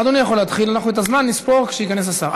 אדוני יכול להתחיל, את הזמן נספור כשייכנס השר.